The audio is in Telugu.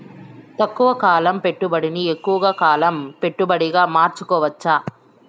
తక్కువ కాలం పెట్టుబడిని ఎక్కువగా కాలం పెట్టుబడిగా మార్చుకోవచ్చా?